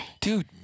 Dude